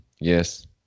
yes